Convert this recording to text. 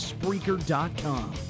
Spreaker.com